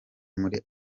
muri